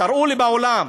תראו לי בעולם.